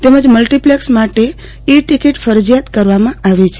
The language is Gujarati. તેમજ મલ્ટીપ્લેક્ષ માટે ઈ ટિકિટ ફરજિયાત કરવામાં આવી છે